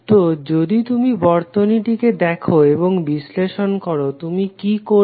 তো যদি তুমি বর্তনীটিকে দেখো এবং বিশ্লেষণ করো তুমি কি করবে